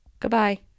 Goodbye